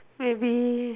maybe